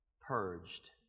purged